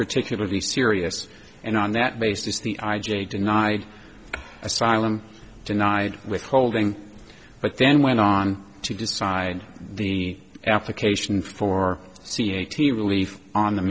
particularly serious and on that basis the i j a denied asylum denied withholding but then went on to decide the application for c eighty relief on the